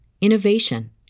innovation